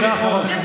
לא לכעוס.